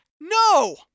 no